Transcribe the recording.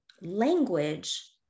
language